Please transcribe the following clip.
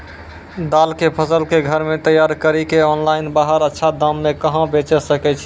दाल के फसल के घर मे तैयार कड़ी के ऑनलाइन बाहर अच्छा दाम मे कहाँ बेचे सकय छियै?